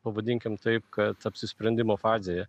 pavadinkim taip kad apsisprendimo fazėje